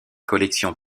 collections